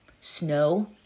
Snow